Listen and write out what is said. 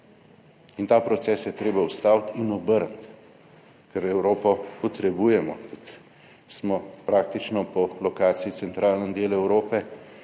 in ta proces je treba ustaviti in obrniti, ker Evropo potrebujemo, tudi smo praktično po lokaciji centralni del Evrope.